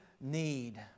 need